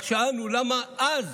רק שאלנו: למה אז?